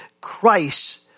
Christ